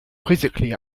quizzically